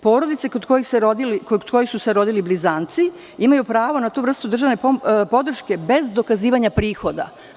Porodice kod kojih su se rodili blizanci imaju pravo na tu vrstu državne podrške bez dokazivanja prihoda.